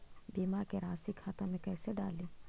बीमा के रासी खाता में कैसे डाली?